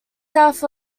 south